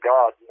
God